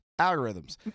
Algorithms